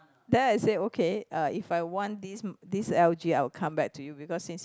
then I say okay uh if I want this this L_G I'll come back to you because since you